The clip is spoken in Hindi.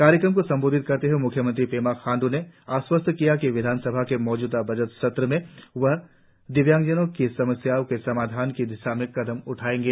कार्यक्रम को संबोधित करते हुए म्ख्यमंत्री पेमा खाण्डू ने आश्वस्त किया कि विधानसभा के मौजूदा बजट सत्र में वह दिव्यांगजनों की समस्याओं के समाधान की दिशा में कदम उठाएंगे